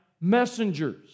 messengers